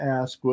ask